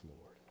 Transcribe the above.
Lord